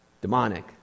demonic